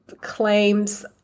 claims